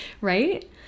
Right